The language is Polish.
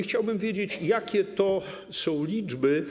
Chciałbym wiedzieć, jakie to są liczby.